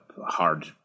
hard